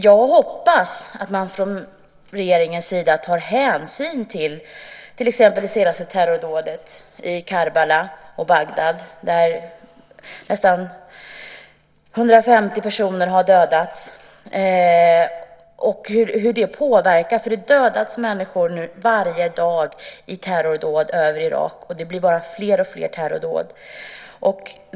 Jag hoppas att man från regeringens sida tar hänsyn till exempel till det senaste terrordådet i Karbala och Bagdad där nästan 150 personer har dödats. Nu dödas det människor varje dag i terrordåd över Irak, och det blir bara fler och fler terrordåd.